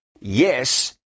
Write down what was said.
yes